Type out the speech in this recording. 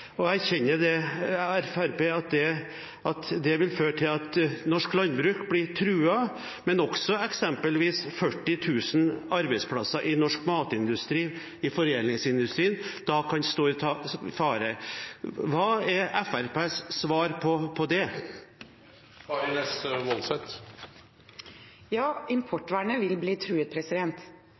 vil føre til at norsk landbruk blir truet, men også til at eksempelvis 40 000 arbeidsplasser i norsk matindustri – i foredlingsindustrien – da kan stå i fare? Hva er Fremskrittspartiets svar på det? Ja, importvernet vil bli truet.